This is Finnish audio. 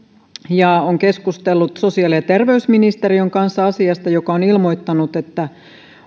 ja on keskustellut asiasta sosiaali ja terveysministeriön kanssa joka on ilmoittanut että